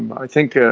i think